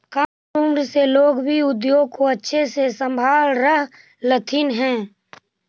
कम उम्र से लोग भी उद्योग को अच्छे से संभाल रहलथिन हे